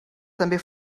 també